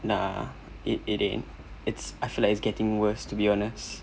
nah it ain't it's I feel like it's getting worse to be honest